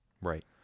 Right